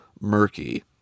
murky